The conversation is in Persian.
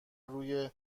روی